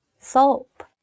Soap